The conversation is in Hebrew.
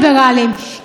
כי באותה תקופה,